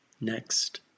Next